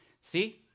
See